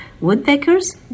woodpeckers